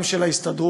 גם של ההסתדרות,